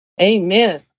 Amen